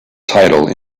title